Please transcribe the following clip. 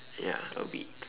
ya a week